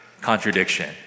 contradiction